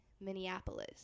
Minneapolis